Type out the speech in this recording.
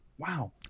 Wow